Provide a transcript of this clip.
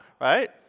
Right